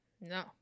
no